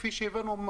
כפי שהבנו,